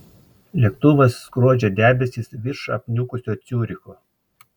lėktuvas skrodžia debesis virš apniukusio ciuricho